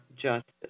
justice